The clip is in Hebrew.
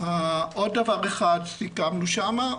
עוד דבר אחד סיכמנו שם,